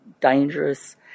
dangerous